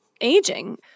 aging